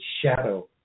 shadow